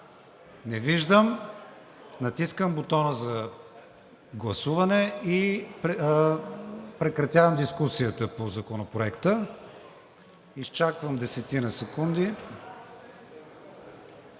Не виждам. Натискам бутона за гласуване и прекратявам дискусията по Законопроекта. Героят на днешния